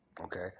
okay